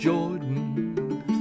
Jordan